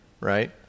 right